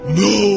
no